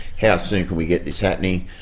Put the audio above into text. how soon can we get this happening?